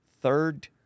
third